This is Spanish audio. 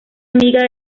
amiga